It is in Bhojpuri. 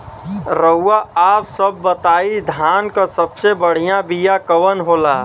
रउआ आप सब बताई धान क सबसे बढ़ियां बिया कवन होला?